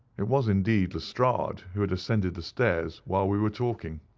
it was indeed lestrade, who had ascended the stairs while we were talking,